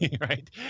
right